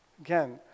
Again